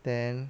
then